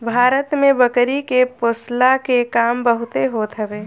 भारत में बकरी के पोषला के काम बहुते होत हवे